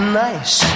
nice